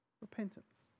repentance